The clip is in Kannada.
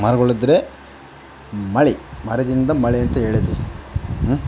ಮರಗಳಿದ್ರೆ ಮಳೆ ಮರದಿಂದ ಮಳೆಯಂತ ಹೇಳಿದೆ ಹ್ಞೂ